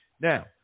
Now